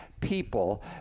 people